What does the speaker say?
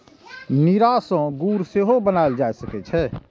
नीरा सं गुड़ सेहो बनाएल जा सकै छै